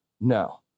No